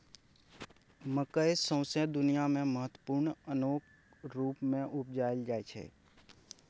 मकय सौंसे दुनियाँ मे महत्वपूर्ण ओनक रुप मे उपजाएल जाइ छै